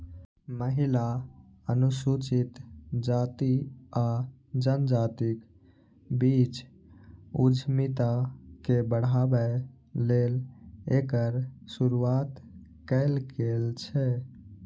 महिला, अनुसूचित जाति आ जनजातिक बीच उद्यमिता के बढ़ाबै लेल एकर शुरुआत कैल गेल छै